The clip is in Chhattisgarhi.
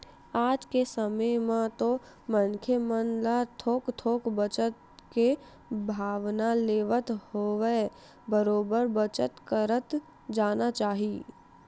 आज के समे म तो मनखे मन ल थोक थोक बचत के भावना लेवत होवय बरोबर बचत करत जाना चाही